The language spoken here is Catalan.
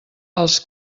els